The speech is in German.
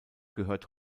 gehört